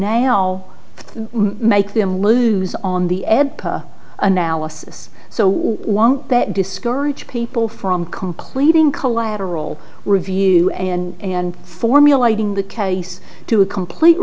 the make them lose on the ed analysis so won't that discourage people from completing collateral review and and formulating the case to a complete